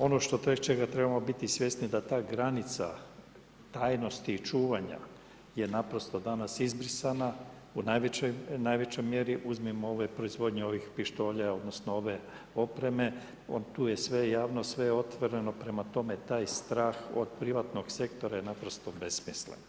Ono što čega trebamo biti svjesni da ta granica tajnosti i čuvanja je naprosto danas izbrisana, u najvećoj mjeri uzmimo proizvodnju ovih pištolja odnosno ove opreme, tu je sve javnost, sve otvoreno, prema tome taj strah od privatnog sektora je naprosto besmislen.